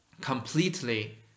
completely